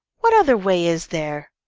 what other way is there?